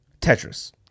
Tetris